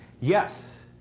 yes,